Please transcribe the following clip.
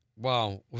Wow